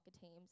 teams